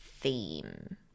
theme